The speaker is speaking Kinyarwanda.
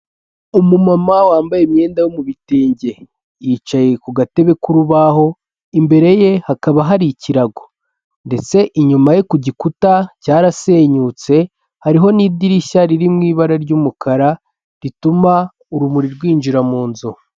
Umumama wambaye imyenda yo mu bitenge, yicaye ku gatebe k'urubaho. Imbere ye hakaba hari ikirago ndetse inyuma ye ku gikuta cyarasenyutse hariho n'idirishya riri mu ibara ry'umukara rituma urumuri rwinjira mu nzu.